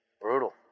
brutal